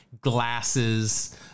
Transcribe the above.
glasses